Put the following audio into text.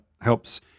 helps